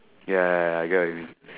ya ya ya I got